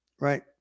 Right